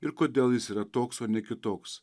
ir kodėl jis yra toks o ne kitoks